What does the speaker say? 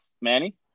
Manny